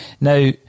Now